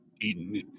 Eden